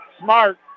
smart